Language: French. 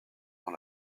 dans